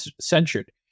censured